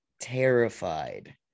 terrified